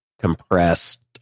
compressed